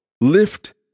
Lift